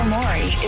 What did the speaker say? Mori